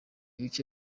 bice